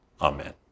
Amen